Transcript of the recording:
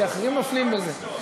מילא שאחרים נופלים בזה.